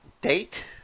date